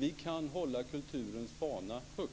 Vi kan hålla kulturens fana högt.